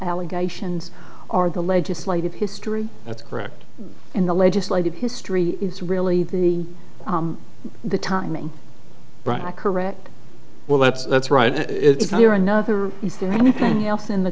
allegations are the legislative history that's correct in the legislative history is really the the timing right i correct well that's that's right it's clear another is there anything else in the